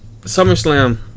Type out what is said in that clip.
SummerSlam